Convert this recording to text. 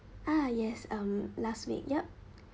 ah yes um last week yup